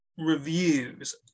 reviews